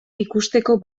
ikusteko